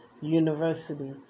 University